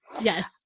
Yes